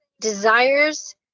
desires